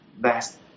best